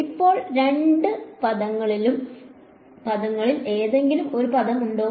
ഇപ്പോൾ ഈ രണ്ട് പദങ്ങളിൽ ഏതെങ്കിലും ഒരു പദമുണ്ടോ